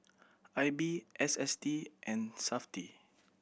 I B S S T and Safti